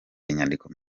inyandiko